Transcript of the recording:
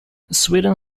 sweden